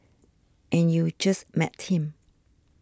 and you just met him